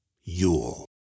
Yule